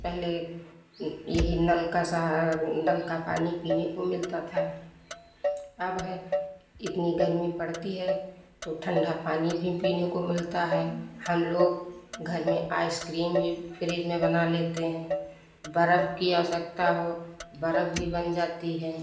पहले यही नल का नल का पानी पीने को मिलता था अब है इतनी गर्मी पड़ती है तो ठंडा पानी भी पीने को मिलता है हम लोग घर में इसे क्रीम भी फ्रिज में बना लेते हैं बर्फ की आवश्यकता हो बर्फ भी बन जाती है